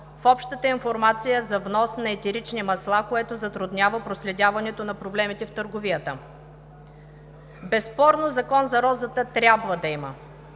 в общата информация за внос на етерични масла, което затруднява проследяването на проблемите в търговията. Безспорно Закон за розата трябва да има